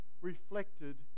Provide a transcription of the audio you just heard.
reflected